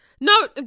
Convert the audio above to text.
No